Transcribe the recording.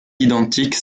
identique